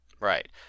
Right